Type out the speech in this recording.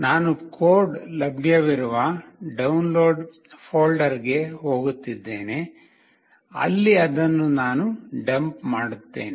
ನಾನು ಕೋಡ್ ಲಭ್ಯವಿರುವ ಡೌನ್ಲೋಡ್ ಫೋಲ್ಡರ್ಗೆ ಹೋಗುತ್ತಿದ್ದೇನೆ ಅಲ್ಲಿ ಅದನ್ನು ನಾನು ಡಂಪ್ ಮಾಡುತ್ತೇನೆ